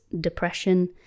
depression